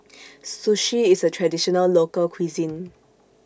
Sushi IS A Traditional Local Cuisine